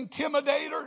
intimidator